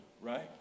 right